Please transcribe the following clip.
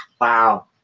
Wow